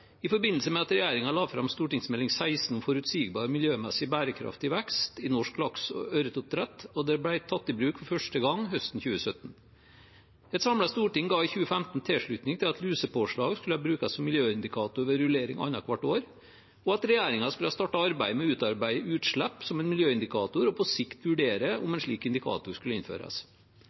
i forbindelse med at regjeringen la fram stortingsmelding 16, Meld. St. 16 for 2014–2015, om forutsigbar og miljømessig bærekraftig vekst i norsk lakse- og ørretoppdrett, og det ble tatt i bruk for første gang høsten 2017. Et samlet storting ga i 2015 tilslutning til at lusepåslag skulle brukes som miljøindikator ved rullering annethvert år, og at regjeringen skulle starte arbeidet med å utarbeide utslipp som en miljøindikator og på sikt vurdere om en slik indikator skulle innføres.